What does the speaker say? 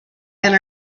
and